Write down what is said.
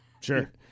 Sure